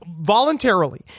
voluntarily